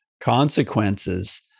consequences